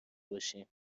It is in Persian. باشیم